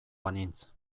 banintz